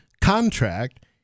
contract